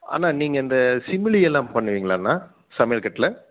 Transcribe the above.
அண்ணா நீங்கள் இந்த சிமிலியெல்லாம் பண்ணுவீங்களாண்ணா சமையல் கட்டில்